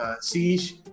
Siege